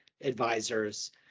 advisors